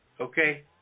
okay